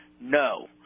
No